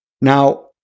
Now